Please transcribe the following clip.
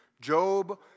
Job